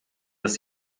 dass